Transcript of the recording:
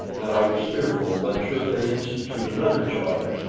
and i was fearful that should they institute another charge,